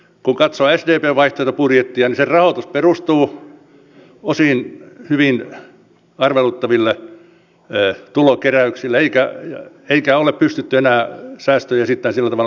kun katsoo sdpn vaihtoehtobudjettia niin sen rahoitus perustuu osin hyvin arveluttaville tulonkeräyksille eikä ole pystytty enää säästöjä esittämään sillä tavalla kuin ennen vaaleja puhuttiin